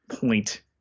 point